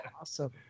awesome